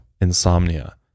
insomnia